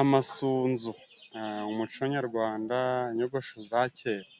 Amasunzu! Umuco nyarwanda, inyogosho za kera,